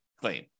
claim